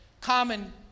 common